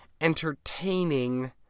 entertaining